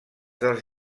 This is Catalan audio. dels